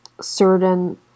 certain